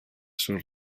sus